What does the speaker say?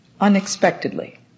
unexpectedly